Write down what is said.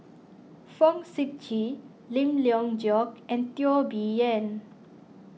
Fong Sip Chee Lim Leong Geok and Teo Bee Yen